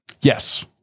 Yes